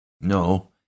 No